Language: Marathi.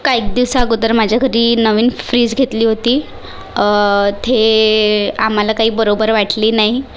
काही दिवसां अगोदर माझ्या घरी नवीन फ्रिज घेतली होती ते आम्हाला काही बरोबर वाटली नाही